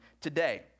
today